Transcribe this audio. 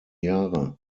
jahre